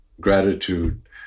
gratitude